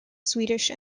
swedish